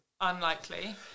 unlikely